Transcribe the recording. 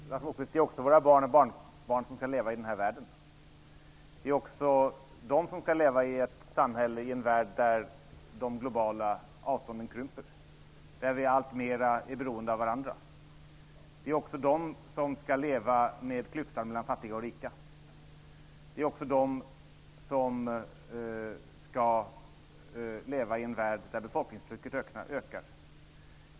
Herr talman! Ja, det är också våra barn och barnbarn som skall leva i den här världen. Det är också de som skall leva i en värld där de globala avstånden krymper, där vi alltmer är beroende av varandra. Det är också de som skall leva med klyftan mellan fattiga och rika. Det är också de som skall leva i en värld där befolkningstrycket ökar.